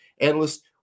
Analysts